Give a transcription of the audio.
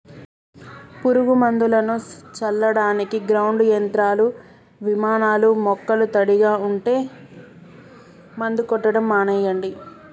పురుగు మందులను చల్లడానికి గ్రౌండ్ యంత్రాలు, విమానాలూ మొక్కలు తడిగా ఉంటే మందు కొట్టడం మానెయ్యండి